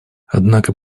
однако